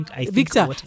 Victor